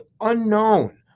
unknown